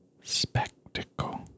spectacle